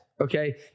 Okay